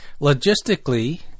Logistically-